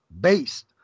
based